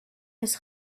his